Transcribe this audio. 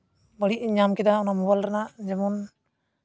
ᱵᱟᱹᱲᱤᱡ ᱤᱧ ᱧᱟᱢ ᱠᱮᱫᱟ ᱚᱱᱟ ᱢᱳᱵᱟᱭᱤᱞ ᱨᱮᱱᱟᱜ ᱡᱮᱢᱚᱱ